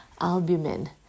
albumin